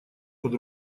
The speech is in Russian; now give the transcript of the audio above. под